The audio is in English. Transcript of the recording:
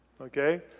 okay